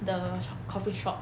the sho~ coffee shop